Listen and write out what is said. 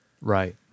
Right